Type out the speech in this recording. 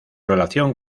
relación